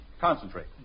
concentrate